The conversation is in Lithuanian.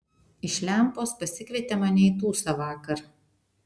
iš lempos pasikvietė mane į tūsą vakar